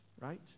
right